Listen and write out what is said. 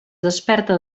desperta